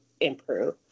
improve